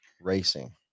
racing